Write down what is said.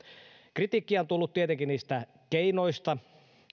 kritiikkiä on tullut tietenkin niistä keinoista